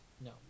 No